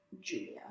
Julia